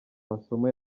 masomo